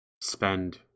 spend